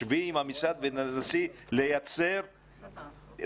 "שבי עם משרד החינוך ונסי לייצר פתרונות",